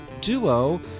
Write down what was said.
duo